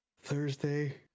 Thursday